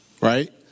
Right